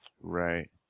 Right